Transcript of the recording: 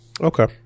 okay